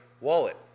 wallet